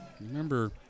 Remember